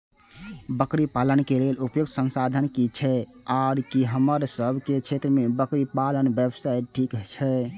बकरी पालन के लेल उपयुक्त संसाधन की छै आर की हमर सब के क्षेत्र में बकरी पालन व्यवसाय ठीक छै?